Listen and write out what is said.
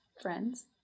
friends